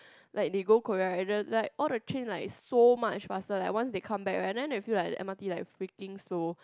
like they go Korea and the like all the train like so much faster like once they come back right then they feel like the M_R_T like freaking slow